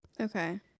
Okay